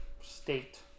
state